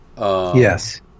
Yes